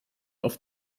auf